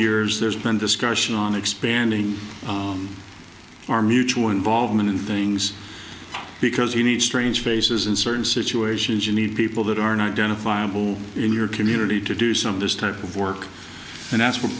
years there's been discussion on expanding our mutual involvement in things because you need strange faces in certain situations you need people that are not identifiable in your community to do some of this type of work and that's what